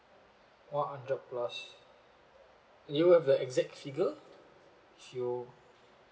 one hundred plus you have the exact figure you